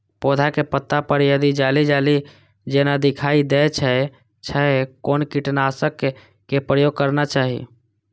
पोधा के पत्ता पर यदि जाली जाली जेना दिखाई दै छै छै कोन कीटनाशक के प्रयोग करना चाही?